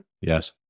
Yes